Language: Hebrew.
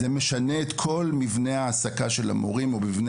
זה משנה את כל מבנה ההעסקה של המורים ומבנה